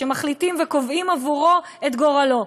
שמחליטים וקובעים עבורו את גורלו.